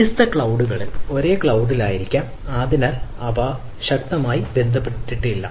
വ്യത്യസ്ത ക്ളൌഡ്ങ്ങളിൽ ഒരേ ക്ളൌഡ്ലായിരിക്കാം അതിനാൽ അവ വളരെ ശക്തമായി ബന്ധിപ്പിച്ചിട്ടില്ല